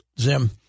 Zim